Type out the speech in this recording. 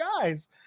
guys